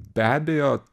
be abejo